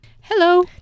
Hello